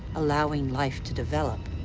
allowing life to develop,